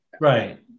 Right